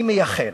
אני מייחל,